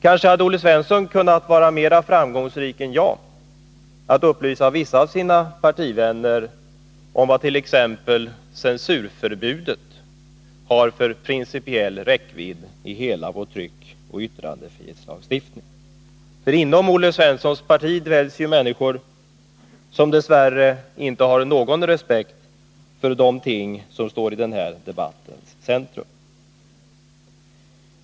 Kanske hade Olle Svensson kunnat vara mera framgångsrik än jag i att upplysa vissa av sina partivänner om vad t.ex. censurförbudet har för principiell räckvidd i hela vår tryckoch yttrandefrihetslagstiftning. För inom Olle Svenssons parti finns det människor som dess värre inte har någon respekt för de ting som står i den här debattens centrum.